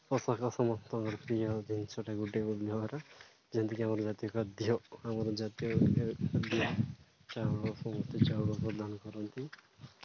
ପୋଷାକ ସମସ୍ତଙ୍କର ପ୍ରିୟ ଜିନିଷଟା ଗୋଟେ ବ୍ୟବହାର ଯେମିତିକି ଆମର ଜାତୀୟ ଖାଦ୍ୟ ଆମର ଜାତୀୟ ଖାଦ୍ୟ ଚାଉଳ ସମସ୍ତେ ଚାଉଳ ପ୍ରଦାନ କରନ୍ତି